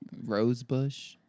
Rosebush